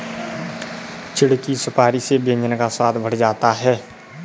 चिढ़ की सुपारी से व्यंजन का स्वाद बढ़ जाता है